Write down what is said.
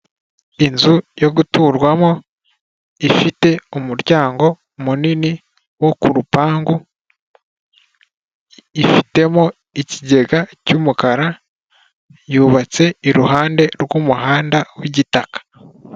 Inzu yo guturwamo ifite umuryango munini wo ku rupangu, ifitemo ikigega cy'umukara, yubatse iruhande rw'umuhanda w'igitaka.